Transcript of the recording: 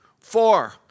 Four